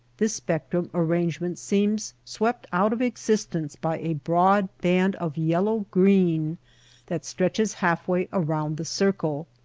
this spectrum arrange ment seems swept out of existence by a broad band of yellow-green that stretches half way around the circle.